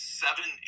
seven